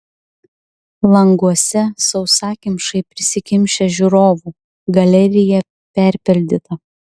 languose sausakimšai prisikimšę žiūrovų galerija perpildyta